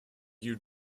you